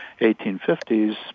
1850s